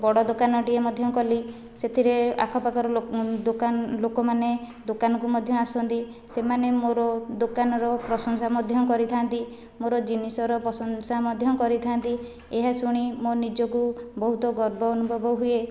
ବଡ଼ ଦୋକାନଟିଏ ମଧ୍ୟ କଲି ସେଥିରେ ଆଖ ପାଖର ଲୋକମାନେ ଦୋକନକୁ ମଧ୍ୟ ଆସନ୍ତି ସେମାନେ ମୋର ଦୋକାନର ପ୍ରଶଂସା ମଧ୍ୟ କରିଥାନ୍ତି ମୋର ଜିନିଷର ପ୍ରଶଂସା ମଧ୍ୟ କରିଥାନ୍ତି ଏହା ଶୁଣି ମୋ ନିଜକୁ ବହୁତ ଗର୍ବ ଅନୁଭବ ହୁଏ